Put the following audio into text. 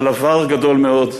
שאנחנו מסכימים על עבר גדול מאוד,